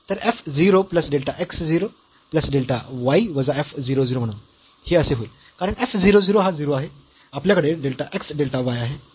तर f 0 plus delta x 0 plus delta y वजा f 0 0 म्हणून हे असे होईल कारण f 0 0 हा 0 आहे आपल्याकडे डेल्टा x डेल्टा y आहे